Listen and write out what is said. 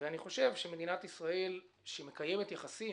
אני חושב שמדינת ישראל שמקיימת יחסים,